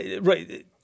right